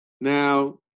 Now